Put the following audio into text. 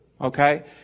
Okay